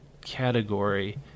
category